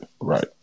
right